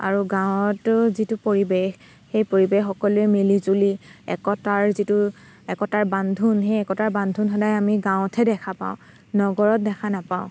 আৰু গাঁৱতো যিটো পৰিৱেশ সেই পৰিবেশ সকলোৱে মিলি জুলি একতাৰ যিটো একতাৰ বান্ধোন সেই একতাৰ বান্ধোন সদায় আমি গাঁৱতহে দেখা পাওঁ নগৰত দেখা নাপাওঁ